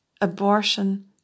abortion